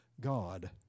God